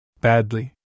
Badly